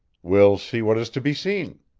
we'll see what is to be seen.